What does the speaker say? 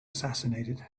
assassinated